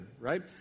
right